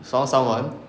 found someone